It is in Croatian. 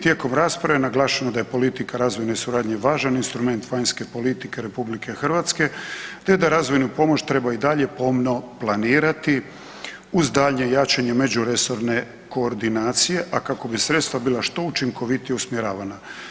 Tijekom rasprave naglašeno je da je politika razvojne suradnje važan instrument vanjske politike RH, te da razvojnu pomoć treba i dalje pomno planirati uz daljnje jačanje među resorne koordinacije, a kako bi sredstva bila što učinkovitije usmjeravana.